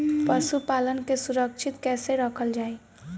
पशुपालन के सुरक्षित कैसे रखल जाई?